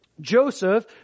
Joseph